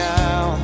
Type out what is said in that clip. now